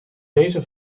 deze